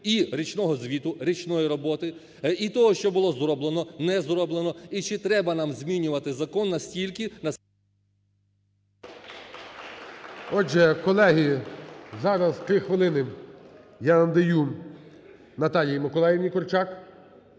і річного звіту, річної роботи, і того, що було зроблено, не зроблено і чи треба нам змінювати закон на стільки, на… ГОЛОВУЮЧИЙ. Отже, колеги, зараз 3 хвилини я надаю Наталії Миколаївні Корчак.